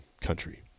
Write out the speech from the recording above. country